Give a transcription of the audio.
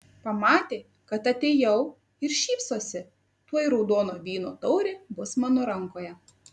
pamatė kad atėjau ir šypsosi tuoj raudono vyno taurė bus mano rankoje